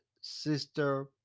sister